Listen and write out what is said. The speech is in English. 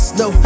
no